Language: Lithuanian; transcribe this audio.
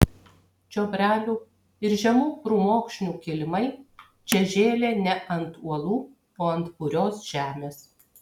čiobrelių ir žemų krūmokšnių kilimai čia žėlė ne ant uolų o ant purios žemės